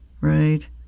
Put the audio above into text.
right